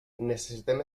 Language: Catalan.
necessitem